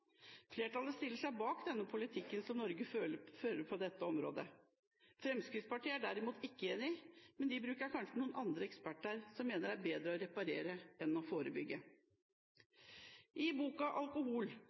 Flertallet stiller seg bak den politikken som Norge fører på dette området. Fremskrittspartiet derimot er ikke enig, men de bruker kanskje noen andre eksperter som mener det er bedre å reparere enn å